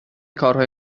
کارهای